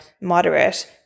moderate